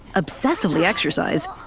obsessively exercise,